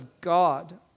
God